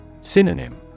Synonym